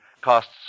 costs